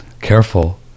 careful